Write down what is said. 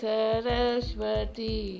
Saraswati